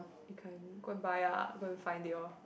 you can go buy lah go and find Dior